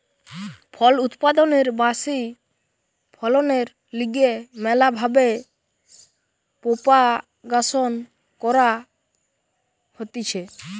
ফল উৎপাদনের ব্যাশি ফলনের লিগে ম্যালা ভাবে প্রোপাগাসন ক্যরা হতিছে